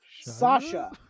Sasha